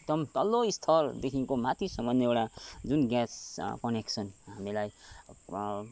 एक्दम तल्लो स्तरदेखिनको माथिसम्मन एउटा जुन ग्यास कनेक्सन हामीलाई